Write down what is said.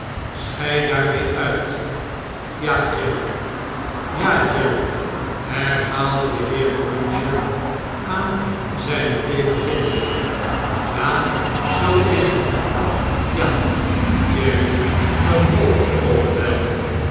schei daarmee uit ja jerry ja jerry herhaalde de heer cruncher aan zijne thee beginnende b ja zoo is het ja jerry ge moogt ook wel